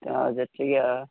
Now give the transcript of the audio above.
हजुर ठिकै हो